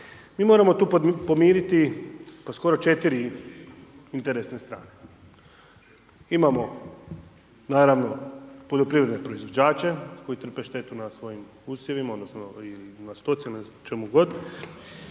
mi moramo tu pomiriti, pa skoro 4 interesne strane. Imamo, naravno poljoprivredne proizvođače koji trpe štetu na svojim usjevima odnosno i na stoci ili